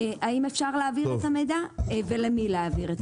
האם אפשר להעביר את המידע ולמי להעבירו.